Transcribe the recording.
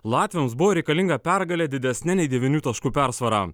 latviams buvo reikalinga pergalė didesne nei devynių taškų persvara